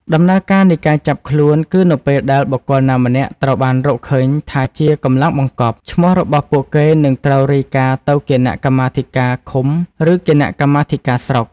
ដំណើរការនៃការចាប់ខ្លួនគឺនៅពេលដែលបុគ្គលណាម្នាក់ត្រូវបានរកឃើញថាជា "កម្លាំងបង្កប់" ឈ្មោះរបស់ពួកគេនឹងត្រូវរាយការណ៍ទៅគណៈកម្មាធិការឃុំ ឬគណៈកម្មាធិការស្រុក។